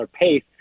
pace